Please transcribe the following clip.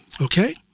okay